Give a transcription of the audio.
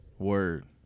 Word